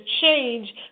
change